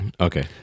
Okay